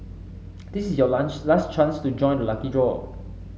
this is your last last chance to join the lucky draw